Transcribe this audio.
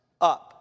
up